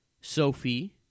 Sophie